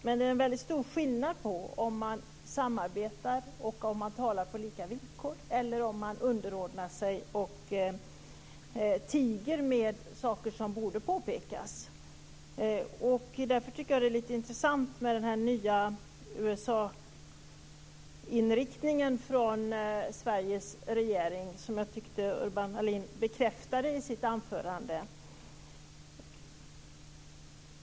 Men det är en väldigt stor skillnad mellan att samarbeta och samtala på lika villkor och om man underordnar sig och tiger med saker som borde påpekas. Därför är det intressant med den svenska regeringens nya USA-inriktning som Urban Ahlin bekräftade i sitt anförande.